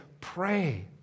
pray